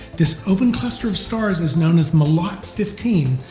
this open cluster of stars is known as melotte fifteen,